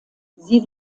sie